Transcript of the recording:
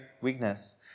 weakness